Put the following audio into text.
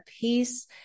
peace